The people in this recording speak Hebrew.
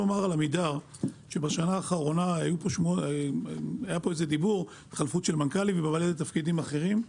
דיברו פה שהיו בעמידר חילופי מנכ"לים וממלאי תפקידים אחרים,